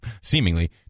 seemingly